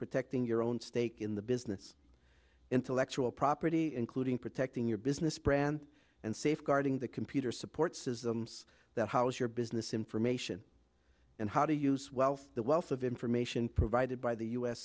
protecting your own stake in the business intellectual property including protecting your business brand and safeguarding the computer support systems that house your business information and how to use wealth the wealth of information provided by the u